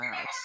out